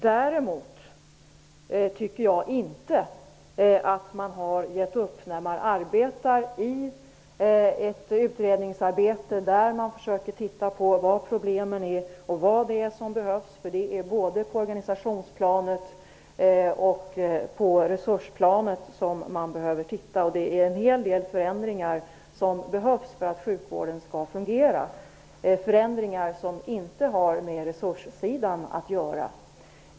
Däremot tycker jag inte att man har gett upp när en utredning pågår där man utreder vilka problemen är och vad som behövs. Man behöver titta både på organisationsplanet och resursplanet. Det är en hel del förändringar som behövs för att sjukvården skall kunna fungera som inte har med resurssidan att göra.